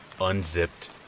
unzipped